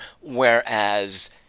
whereas